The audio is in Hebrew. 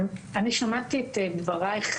אני שמעתי את דבריך,